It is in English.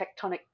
tectonic